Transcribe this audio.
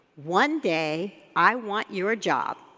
one day i want your job